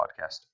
podcast